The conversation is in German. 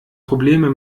probleme